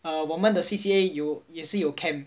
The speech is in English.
then after that uh 我们的 C_C_A 有 err 也是有 camp